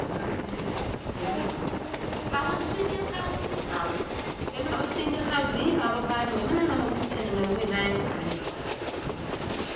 Tamara kile emene ba bo son-do karemu erin la mene, emene bo son-do kare dein ba de me emene nkana wei tene, nana wei ne answer e time fa.